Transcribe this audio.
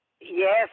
Yes